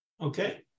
Okay